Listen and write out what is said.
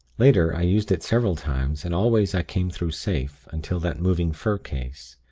later, i used it several times, and always i came through safe, until that moving fur case.